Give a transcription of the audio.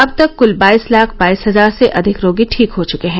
अब तक कूल बाईस लाख बाईस हजार से अधिक रोगी ठीक हो चुके हैं